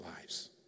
lives